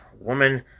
woman